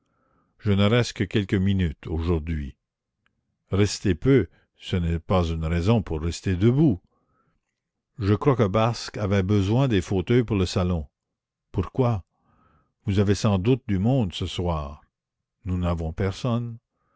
je ne reste que quelques minutes aujourd'hui rester peu ce n'est pas une raison pour rester debout je crois que basque avait besoin des fauteuils pour le salon pourquoi vous avez sans doute du monde ce soir nous n'avons personne